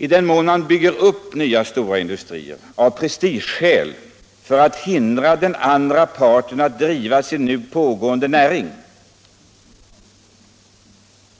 I den mån man bygger upp nya stora industrier av prestigeskäl — för att hindra andra att driva sin näring, :